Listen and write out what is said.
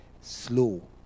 slow